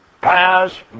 pass